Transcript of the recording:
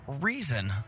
reason